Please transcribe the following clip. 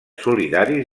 solidaris